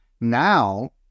Now